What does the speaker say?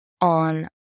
on